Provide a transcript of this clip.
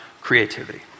creativity